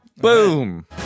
boom